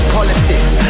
Politics